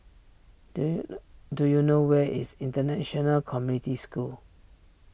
do you know do you know where is International Community School